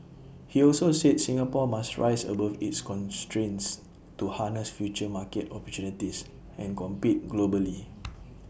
he also said Singapore must rise above its constraints to harness future market opportunities and compete globally